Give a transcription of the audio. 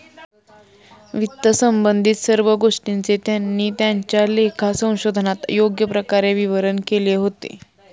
वित्तसंबंधित सर्व गोष्टींचे त्यांनी त्यांच्या लेखा संशोधनात योग्य प्रकारे विवरण केले होते